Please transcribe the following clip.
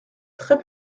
très